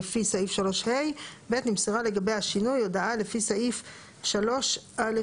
לפי סעיף 3א(ה); נמסרה לגבי השינוי הודעה לפי סעיף 3א(3)(א);